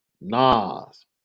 Nas